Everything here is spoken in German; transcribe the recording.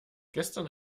gestern